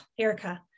Erica